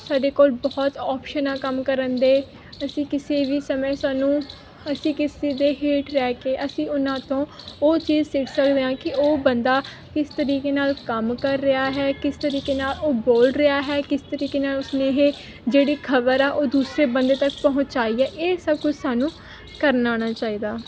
ਸਾਡੇ ਕੋਲ ਬਹੁਤ ਆਪਸ਼ਨ ਆ ਕੰਮ ਕਰਨ ਦੇ ਅਸੀਂ ਕਿਸੇ ਵੀ ਸਮੇਂ ਸਾਨੂੰ ਅਸੀਂ ਕਿਸੇ ਦੇ ਹੇਠ ਰਹਿ ਕੇ ਅਸੀਂ ਉਹਨਾਂ ਤੋਂ ਉਹ ਚੀਜ਼ ਸਿੱਖ ਸਕਦੇ ਹਾਂ ਕਿ ਉਹ ਬੰਦਾ ਕਿਸ ਤਰੀਕੇ ਨਾਲ ਕੰਮ ਕਰ ਰਿਹਾ ਹੈ ਕਿਸ ਤਰੀਕੇ ਨਾਲ ਉਹ ਬੋਲ ਰਿਹਾ ਹੈ ਕਿਸ ਤਰੀਕੇ ਨਾਲ ਉਸ ਨੇ ਇਹ ਜਿਹੜੀ ਖਬਰ ਆ ਉਹ ਦੂਸਰੇ ਬੰਦੇ ਤੱਕ ਪਹੁੰਚਾਈ ਹੈ ਇਹ ਸਭ ਕੁਝ ਸਾਨੂੰ ਕਰਨਾ ਆਉਣਾ ਚਾਹੀਦਾ